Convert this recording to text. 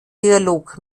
dialog